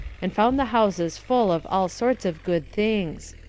and found the houses full of all sorts of good things.